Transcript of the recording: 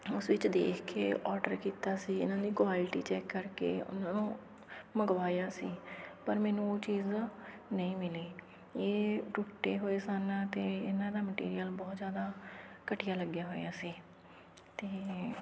ਉਸ ਵਿੱਚ ਦੇਖ ਕੇ ਔਡਰ ਕੀਤਾ ਸੀ ਇਹਨਾਂ ਦੀ ਕੁਆਲਿਟੀ ਚੈੱਕ ਕਰਕੇ ਉਨ ਉਹ ਮੰਗਵਾਇਆ ਸੀ ਪਰ ਮੈਨੂੰ ਉਹ ਚੀਜ਼ ਨਹੀਂ ਮਿਲੀ ਇਹ ਟੁੱਟੇ ਹੋਏ ਸਨ ਅਤੇ ਇਹਨਾਂ ਦਾ ਮਟੀਰੀਅਲ ਬਹੁਤ ਜ਼ਿਆਦਾ ਘਟੀਆ ਲੱਗਿਆ ਹੋਇਆ ਸੀ ਅਤੇ